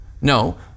No